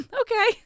Okay